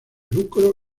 lucro